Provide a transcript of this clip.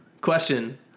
question